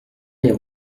les